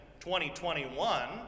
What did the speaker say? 2021